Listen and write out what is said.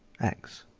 x.